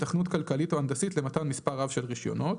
או ככל שאין התכנות כלכלית או הנדסית למתן מספר רב של רישיונות,